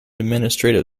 administrative